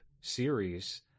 series